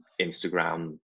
Instagram